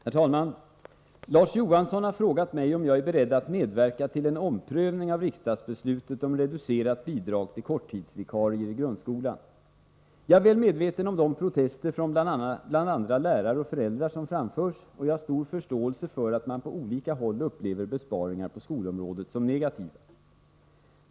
Herr talman! Larz Johansson har frågat mig om jag är beredd att medverka till en omprövning av riksdagsbeslutet om reducerat bidrag till korttidsvikarier i grundskolan. Jag är väl medveten om de protester från bl.a. lärare och föräldrar som framförs, och jag har stor förståelse för att man på olika håll upplever besparingar på skolområdet som negativa.